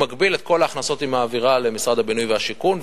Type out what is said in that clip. במקביל את כל ההכנסות היא מעבירה למשרד הבינוי והשיכון,